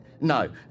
No